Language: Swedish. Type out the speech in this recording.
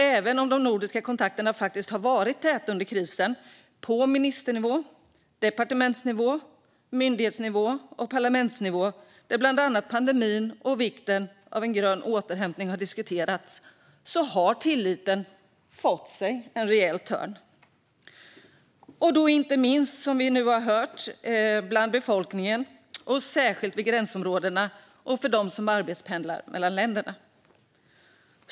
Även om de nordiska kontakterna faktiskt har varit täta under krisen på ministernivå, departementsnivå, myndighetsnivå och parlamentsnivå, där bland annat pandemin och vikten av en grön återhämtning har diskuterats, har tilliten fått sig en rejäl törn. Så har det inte minst varit, som vi nu har hört, i gränsområdena och för dem som arbetspendlar mellan länderna.